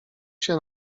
się